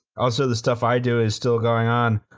also the stuff i do is still going on.